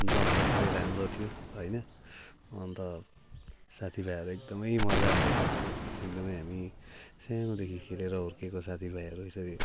जमघट पनि राम्रो थियो होइन अन्त साथी भाइहरू एकदमै मजा आएको थियो एकदमै हामी सानैदेखि खेलेर हुर्केको साथी भाइहरू यसरी